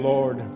Lord